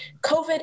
covid